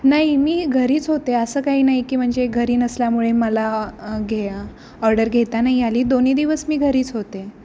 नाही मी घरीच होते असं काही नाही की म्हणजे घरी नसल्यामुळे मला घेता ऑर्डर घेता नाही आली दोन्ही दिवस मी घरीच होते